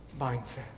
mindset